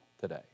today